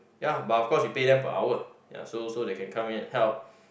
ya but of course you paid them per hour ya so so they can come in and help